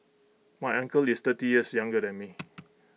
my uncle is thirty years younger than me